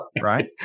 right